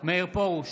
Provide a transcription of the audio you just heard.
מאיר פרוש,